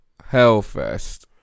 Hellfest